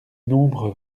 nombre